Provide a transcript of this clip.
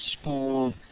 school